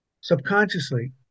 subconsciously